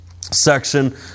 section